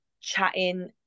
chatting